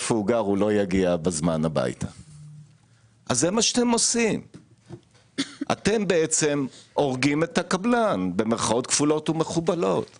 שאין לקבלנים